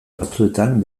batzuetan